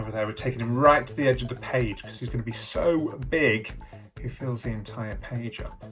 over there. we're taking him right to the edge of the page because he's going to be so big he fills the entire page up.